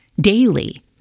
daily